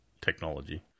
technology